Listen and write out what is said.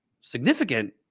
significant